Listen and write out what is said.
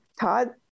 Todd